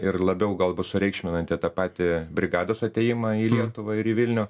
ir labiau gal bus sureikšminanti tą patį brigados atėjimą į lietuvą ir į vilnių